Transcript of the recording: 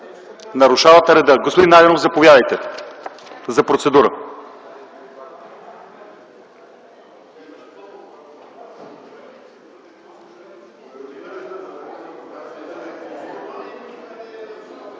Нарушавате реда. Господин Найденов, заповядайте за процедура.